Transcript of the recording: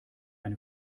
eine